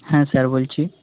হ্যাঁ স্যার বলছি